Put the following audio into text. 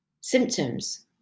symptoms